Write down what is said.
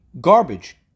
garbage